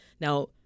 Now